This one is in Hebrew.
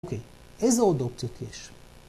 ‫אוקיי, איזה עוד אופציות יש?